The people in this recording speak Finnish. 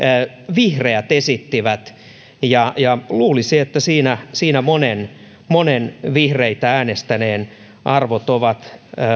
vihreät esittivät ja ja luulisi että siinä siinä monen monen vihreitä äänestäneen arvot ovat